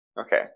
Okay